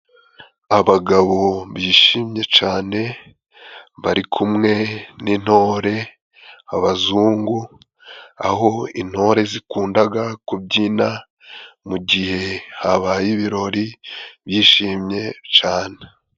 Abagabo bishimye cyane, bari kumwe n'intore, abazungu, aho intore zikunda kubyina, mu gihe habaye ibirori bishimye cyane.